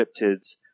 cryptids